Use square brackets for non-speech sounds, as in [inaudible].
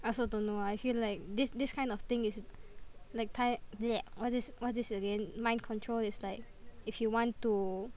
I also don't I feel like this this kind of thing is like ti~ [noise] what's this what's this again mind control is like if you want to